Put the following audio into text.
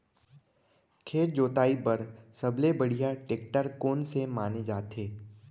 खेत जोताई बर सबले बढ़िया टेकटर कोन से माने जाथे?